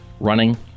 running